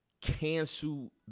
cancel